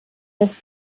das